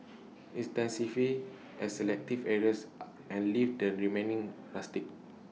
intensify at selective areas and leave the remaining rustic